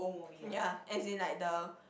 ya as in like the